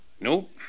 Nope